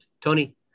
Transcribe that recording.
Tony